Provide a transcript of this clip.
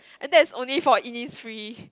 and that's only for Innisfree